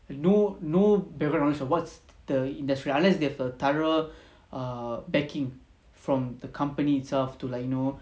no no background knowledge of what's the industry unless they have a thorough err backing from the company itself to like you know